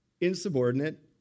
insubordinate